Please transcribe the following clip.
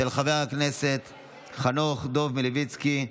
של חבר הכנסת דב מלביצקי.